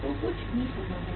तो कुछ भी संभव है